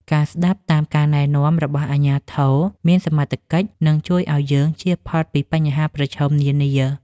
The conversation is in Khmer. ការស្តាប់តាមការណែនាំរបស់អាជ្ញាធរមានសមត្ថកិច្ចនឹងជួយឱ្យយើងជៀសផុតពីបញ្ហាប្រឈមនានា។